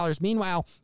Meanwhile